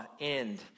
end